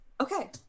Okay